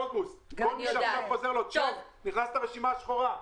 כל מי שעכשיו חוזר לו צ'ק נכנס לרשימה השחורה.